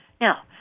Now